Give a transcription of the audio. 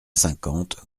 cinquante